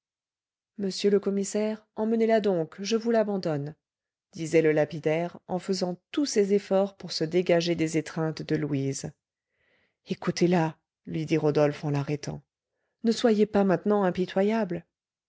monsieur le commissaire emmenez-la donc je vous l'abandonne disait le lapidaire en faisant tous ses efforts pour se dégager des étreintes de louise écoutez-la lui dit rodolphe en l'arrêtant ne soyez pas maintenant impitoyable